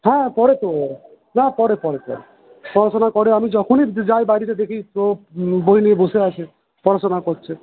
হ্যাঁ পড়ে তো হ্যাঁ পড়ে পড়ে পড়ে পড়াশোনা করে আমি যখনই যাই বাড়িতে দেখি তো বই নিয়ে বসে আছে পড়াশোনা করছে